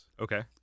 Okay